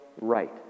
right